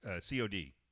COD